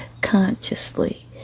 consciously